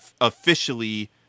officially